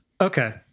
Okay